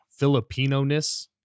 Filipinoness